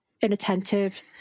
inattentive